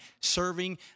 serving